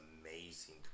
amazing